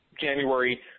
January